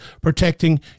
protecting